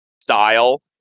style